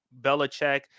Belichick